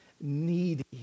needy